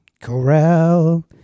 Corral